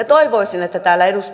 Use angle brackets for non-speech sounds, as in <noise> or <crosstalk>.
<unintelligible> toivoisin että täällä